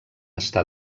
està